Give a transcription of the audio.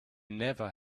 never